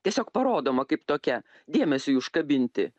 tiesiog parodoma kaip tokia dėmesiui užkabinti